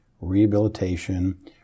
rehabilitation